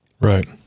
Right